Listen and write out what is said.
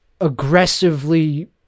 aggressively